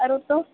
आरो तौँ